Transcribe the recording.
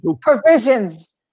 Provisions